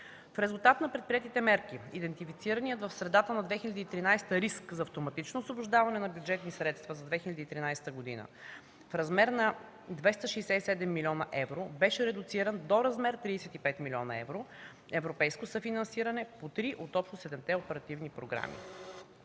В резултат на предприетите мерки идентифицираният в средата на 2013 г. риск за автоматично освобождаване на бюджетни средства за 2013 г. в размер на 267 млн. евро, беше редуциран до размер 35 млн. евро европейско съфинансиране по три от общо седемте оперативни програми,